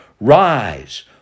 Rise